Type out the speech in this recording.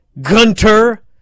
Gunter